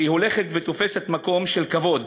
שהולכת ותופסת מקום של כבוד,